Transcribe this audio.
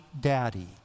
Daddy